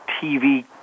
TV